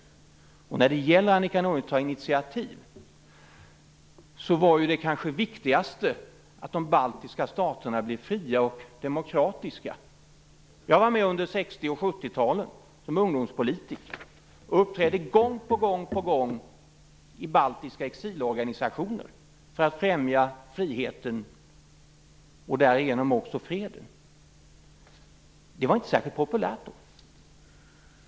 När det gäller att ta initiativ, Annika Nordgren, så var det viktigaste kanske att de baltiska staterna blev fria och demokratiska. Jag var med under 60 och 70 talen som ungdomspolitiker, och uppträdde gång på gång i baltiska exilorganisationer för att främja friheten och därigenom också freden. Det var inte särskilt populärt då.